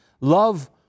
Love